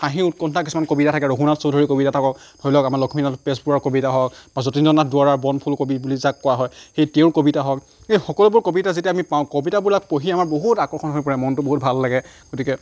হাঁহি উৎকণ্ঠা কিছুমান কবিতা থাকে ৰঘুনাথ চৌধুৰীৰ কবিতা থাকক ধৰি লওক আমাৰ লক্ষ্মীনাথ বেজবৰুৱাৰ কবিতা হওক বা যতীন্দ্ৰনাথ দুৱৰাৰ বনফুল কবি বুলি যাক কোৱা হয় সেই তেওঁৰ কবিতা হওক এই সকলোবোৰ কবিতা যেতিয়া আমি পাওঁ কবিতাবিলাক পঢ়ি আমাৰ বহুত আকৰ্ষণ হৈ পৰে মনটো বহুত ভাল লাগে গতিকে